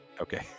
okay